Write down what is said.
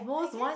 I guess